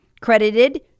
credited